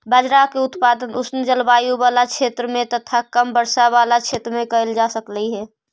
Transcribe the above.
बाजरा के उत्पादन उष्ण जलवायु बला क्षेत्र में तथा कम वर्षा बला क्षेत्र में कयल जा सकलई हे